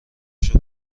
پشت